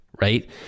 right